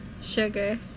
Sugar